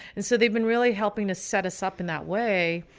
and so they've been really helping to set us up in that way.